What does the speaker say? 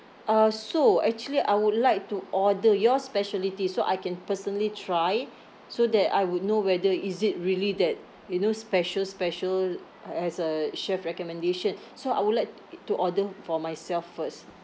uh so actually I would like to order your speciality so I can personally try so that I would know whether is it really that you know special special as a chef recommendation so I would like to order for myself first